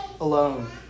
alone